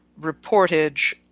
reportage